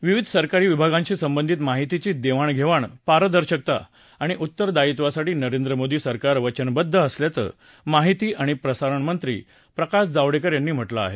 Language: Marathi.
विविध सरकारी विभागांशी संबंधित माहितीची देवाणघेवाण पारदर्शकता आणि उत्तरदायित्वासाठी नरेंद्र मोदी सरकार वचनबद्ध असल्याचं माहिती आणि प्रसारणमंत्री प्रकाश जावडेकर यांनी म्हटलं आहे